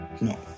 No